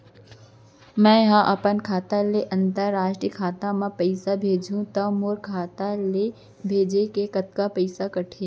मै ह अपन खाता ले, अंतरराष्ट्रीय खाता मा पइसा भेजहु त मोर खाता ले, भेजे के कतका पइसा कटही?